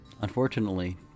Unfortunately